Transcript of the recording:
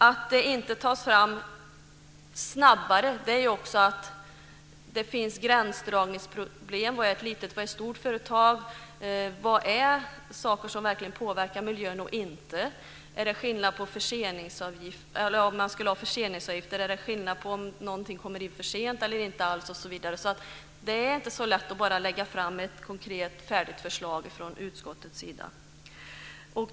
Att de inte tas fram snabbare beror på att det finns gränsdragningsproblem när det gäller att fastställa vad som är ett litet respektive stort företag, vad det är för saker som verkligen påverkar miljön och inte och, om man skulle ha förseningsavgifter, om man ska göra skillnad på om något kommer in för sent eller om det inte kommer in alls osv. Det är alltså inte så lätt att bara lägga fram ett konkret och färdigt förslag från utskottets sida.